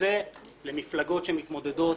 שזה למפלגות שמתמודדות